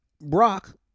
Brock